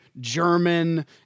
German